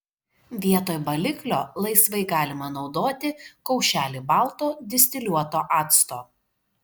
vietoj baliklio laisvai galima naudoti kaušelį balto distiliuoto acto